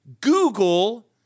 Google